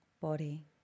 body